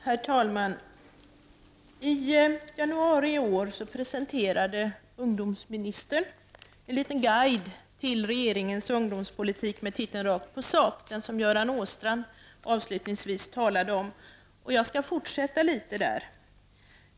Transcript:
Herr talman! I januari i år presenterade ungdomsministern en liten guide till regeringens ungdomspolitik med titeln Rakt på sak, vilken Göran Åstrand avslutningsvis talade om. Jag skall fortsätta att tala om den.